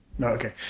okay